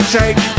take